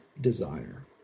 desire